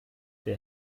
der